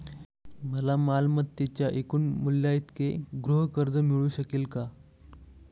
मला मालमत्तेच्या एकूण मूल्याइतके गृहकर्ज मिळू शकेल का?